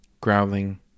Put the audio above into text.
Growling